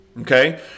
okay